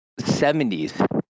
70s